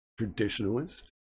traditionalist